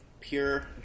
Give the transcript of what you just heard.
pure